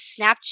Snapchat